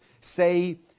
Say